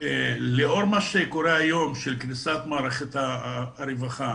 לאור מה שקורה היום, קריסת מערכת הרווחה